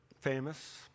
famous